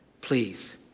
please